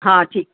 हा ठीकु